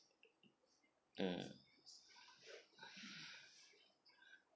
mm